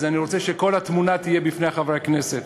אז אני רוצה שכל התמונה תהיה בפני חברי הכנסת.